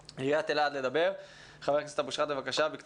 אבו-שחאדה, בבקשה, בקצרה.